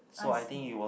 I see